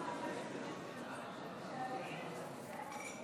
אני לא קורא בשמו של אף אחד,